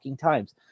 times